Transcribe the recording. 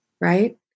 right